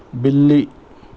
بلی